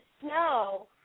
Snow